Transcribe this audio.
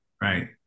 right